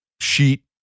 sheet